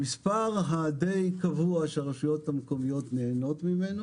המספר שהוא די קבוע שהרשויות המקומיות נהנות ממנו